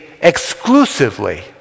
exclusively